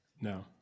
No